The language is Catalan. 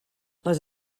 les